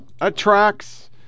attracts